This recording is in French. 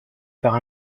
par